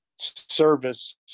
service